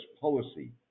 policy